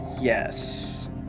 Yes